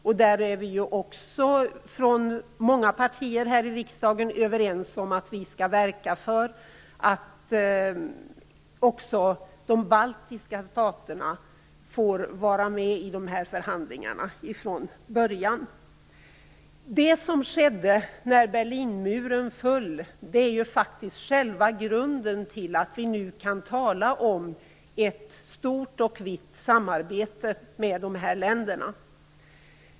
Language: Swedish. Även där är många partier här i riksdagen överens: Vi skall verka för att också de baltiska staterna får vara med i förhandlingarna från början. Det som skedde när Berlinmuren föll är själva grunden till att vi nu kan tala om ett stort och vitt samarbete med dessa länder.